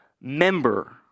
member